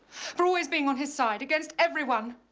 for always being on his side against everyone?